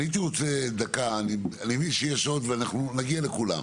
אני מבין שיש עוד דוברים ונגיע לכולם.